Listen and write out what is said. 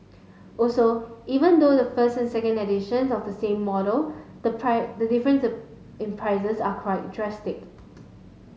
also even though the first and second edition of the same model the the difference in prices is quite drastic